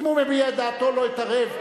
אם הוא מביע את דעתו, לא אתערב מאומה.